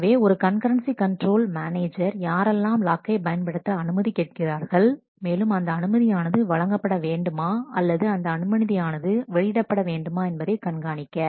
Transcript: எனவே ஒரு concurrency control manager யாரெல்லாம் லாக்கை பயன்படுத்த அனுமதி கேட்கிறார்கள் மேலும் அந்த அனுமதி ஆனது வழங்கப்பட வேண்டுமா அல்லது அந்த அனுமதி ஆனது வெளியிடப்பட வேண்டுமா என்பதை கண்காணிக்க